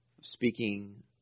Speaking